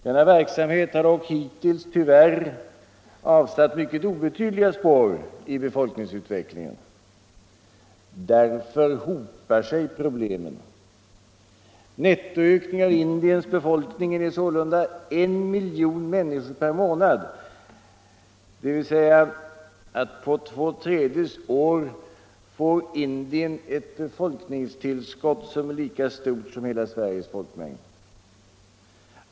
Denna verksamhet har dock hittills tyvärr avsatt mycket obetydliga spår i befolkningsutvecklingen. Därför hopar sig problemen. Nettoökningen av Indiens befolkning är sålunda 1 miljon människor per månad, dvs. på två tredjedels år får Indien ett befolkningstillskott, som är lika stort som hela Sveriges folkmängd.